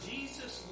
Jesus